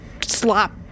slop